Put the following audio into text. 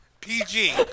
PG